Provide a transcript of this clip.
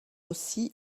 aussi